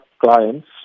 clients